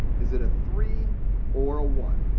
is it a three or a one?